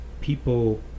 people